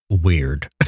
weird